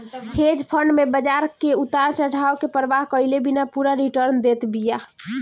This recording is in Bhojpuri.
हेज फंड में बाजार कअ उतार चढ़ाव के परवाह कईले बिना पूरा रिटर्न देत बिया